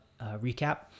recap